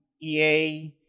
EA